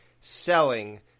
selling